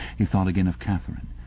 he thought again of katharine.